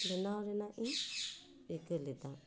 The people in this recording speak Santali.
ᱵᱮᱱᱟᱣ ᱨᱮᱱᱟᱜ ᱤᱧ ᱨᱤᱠᱟᱹ ᱞᱮᱫᱟ